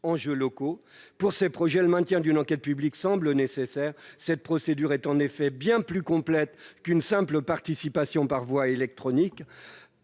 enjeux locaux. Pour ces projets, le maintien d'une enquête publique semble nécessaire. Cette procédure est en effet bien plus complète qu'une simple participation par voie électronique.